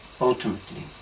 ultimately